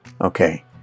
Okay